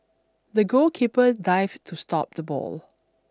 the goalkeeper dived to stop the ball